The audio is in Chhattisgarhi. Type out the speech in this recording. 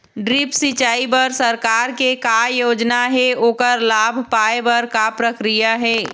ड्रिप सिचाई बर सरकार के का योजना हे ओकर लाभ पाय बर का प्रक्रिया हे?